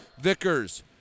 Vickers